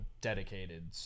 dedicated